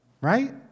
Right